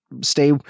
Stay